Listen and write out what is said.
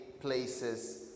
places